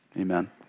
amen